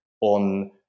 On